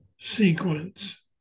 sequence